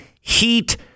heat